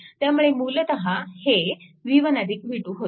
त्यामुळे मूलतः हे v1 v2 होते